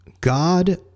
god